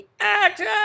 action